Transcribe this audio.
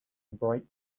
bright